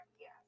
yes